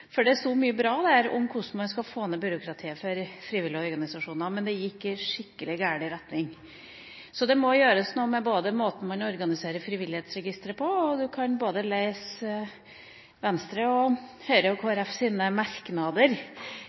for det står mye bra der om hvordan man skal få ned byråkratiet for frivillige organisasjoner. Men det gikk i skikkelig gal retning. Så det må gjøres noe med måten man organiserer frivillighetsregisteret på. Statsråden kan da lese både Venstres, Høyres og Kristelig Folkepartis merknader i tidligere behandlinger og